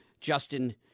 Justin